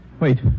Wait